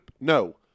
no